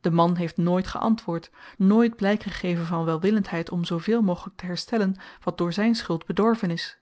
de man heeft nooit geantwoord nooit blyk gegeven van welwillendheid om zooveel mogelyk te herstellen wat door zyn schuld bedorven is